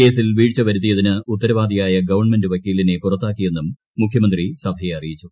കേസിൽ വീഴ്ച വരുത്തിയതിന് ഉത്തരവാദിയായ ഗവൺമെന്റ് വക്കീലീന്നെ പുറത്താക്കിയെന്നും മുഖ്യമന്ത്രി സഭയെ അറിയിച്ചു